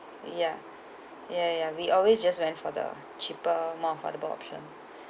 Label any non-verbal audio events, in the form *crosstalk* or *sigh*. ya ya ya we always just went for the cheaper more affordable option *breath*